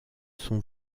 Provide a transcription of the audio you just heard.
sont